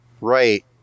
Right